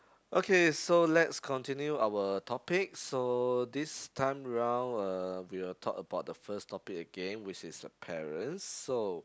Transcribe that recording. okay so let's continue our topic so this time round uh we will talk about the first topic again which is a parents so